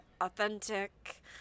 authentic